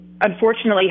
unfortunately